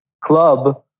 club